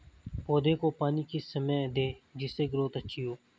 पौधे को पानी किस समय दें जिससे ग्रोथ अच्छी हो?